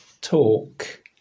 talk